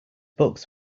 books